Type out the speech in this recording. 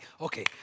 Okay